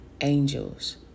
angels